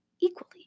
equally